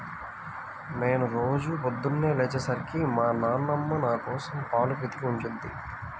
నేను రోజూ పొద్దన్నే లేచే సరికి మా నాన్నమ్మ నాకోసం పాలు పితికి ఉంచుద్ది